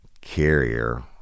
Carrier